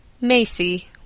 Macy